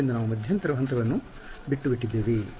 ಆದ್ದರಿಂದ ನಾವು ಮಧ್ಯಂತರ ಹಂತಗಳನ್ನು ಬಿಟ್ಟುಬಿಟ್ಟಿದ್ದೇವೆ